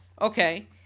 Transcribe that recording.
Okay